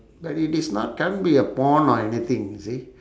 but it is not can't be a pond or anything you see